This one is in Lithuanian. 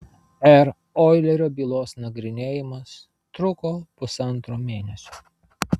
r oilerio bylos nagrinėjimas truko pusantro mėnesio